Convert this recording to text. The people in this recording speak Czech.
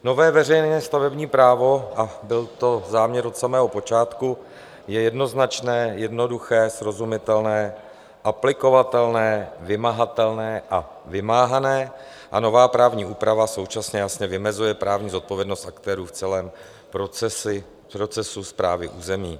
Nové veřejné stavební právo, a byl to záměr od samého počátku, je jednoznačné, jednoduché, srozumitelné, aplikovatelné, vymahatelné a vymáhané a nová právní úprava současně jasně vymezuje právní zodpovědnost aktérů v celém procesu správy území.